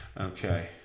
okay